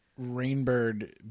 Rainbird